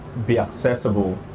be accessible.